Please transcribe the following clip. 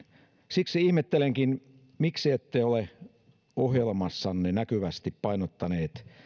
siksi ihmettelenkin miksi ette ole ohjelmassanne näkyvästi painottaneet